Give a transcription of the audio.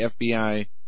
FBI